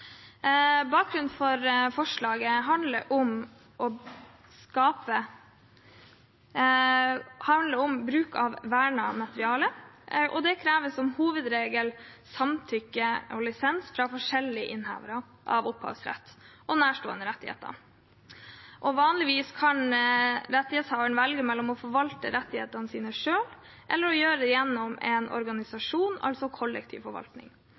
Bakgrunnen for forslaget er bruk av vernet materiale, og det krever som hovedregel samtykke og lisens fra forskjellige innehavere av opphavsrett og nærstående rettigheter. Vanligvis kan rettighetshaveren velge mellom å forvalte rettighetene sine selv eller å gjøre det gjennom en organisasjon, altså kollektiv forvaltning.